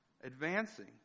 Advancing